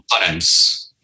parents